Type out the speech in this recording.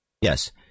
Yes